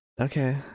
okay